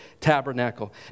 tabernacle